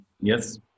yes